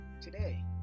today